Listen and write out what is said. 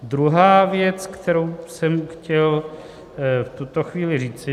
Druhá věc, kterou jsem chtěl v tuto chvíli říci.